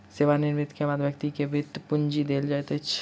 सेवा निवृति के बाद व्यक्ति के वृति पूंजी देल जाइत अछि